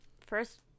first